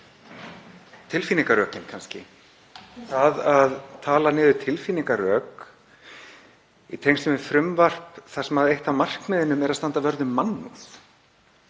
Tilfinningarökin kannski, það að tala niður tilfinningarök í tengslum við frumvarp þar sem eitt af markmiðunum er að standa vörð um mannúð.